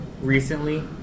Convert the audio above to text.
recently